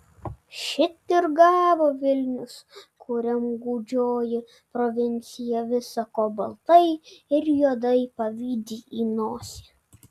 šit ir gavo vilnius kuriam gūdžioji provincija visa ko baltai ir juodai pavydi į nosį